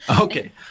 Okay